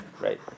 right